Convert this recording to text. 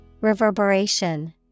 Reverberation